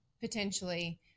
potentially